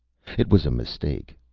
it was a mistake.